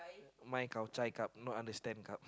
mai kap cai kap no understand kap